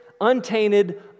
untainted